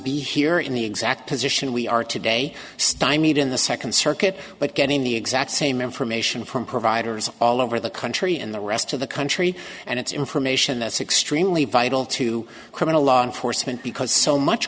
be here in the exact position we are today stymied in the second circuit but getting the exact same information from providers all over the country in the rest of the country and it's information that's extremely vital to criminal law enforcement because so much